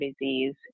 disease